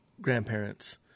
grandparents